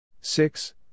six